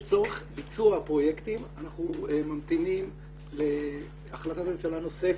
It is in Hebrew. לצורך ביצוע הפרויקטים אנחנו ממתינים להחלטת ממשלה נוספת.